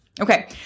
Okay